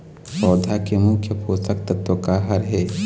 पौधा के मुख्य पोषकतत्व का हर हे?